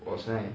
我现在